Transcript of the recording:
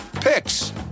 picks